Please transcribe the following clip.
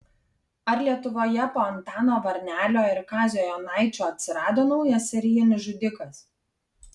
ar lietuvoje po antano varnelio ir kazio jonaičio atsirado naujas serijinis žudikas